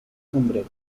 sombrero